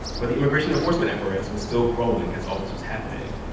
but the immigration enforcement apparatus was still growing as all this was happening.